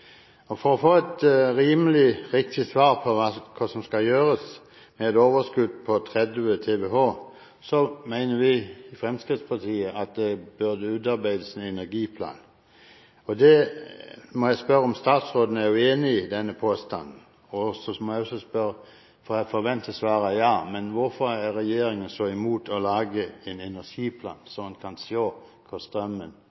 For å få et rimelig riktig svar på hva som skal gjøres med et overskudd på 30 TWh, mener vi i Fremskrittspartiet at det burde utarbeides en energiplan. Jeg må spørre om statsråden er uenig i dette. Jeg må også spørre – for jeg forventer svaret ja – om hvorfor regjeringen er så imot å lage en energiplan,